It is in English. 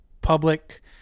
public